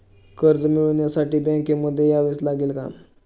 कर्ज मिळवण्यासाठी बँकेमध्ये यावेच लागेल का?